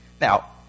Now